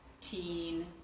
teen